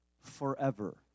forever